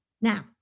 Now